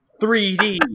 3D